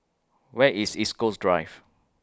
Where IS East Coast Drive